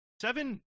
Seven